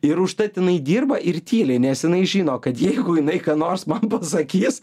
ir užtat jinai dirba ir tyliai nes jinai žino kad jeigu jinai ką nors man sakys